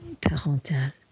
parental